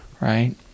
right